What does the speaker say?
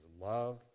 love